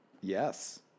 Yes